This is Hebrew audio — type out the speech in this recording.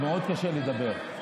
מאוד קשה לדבר.